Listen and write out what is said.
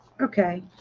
Okay